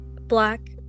black